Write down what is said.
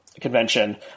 Convention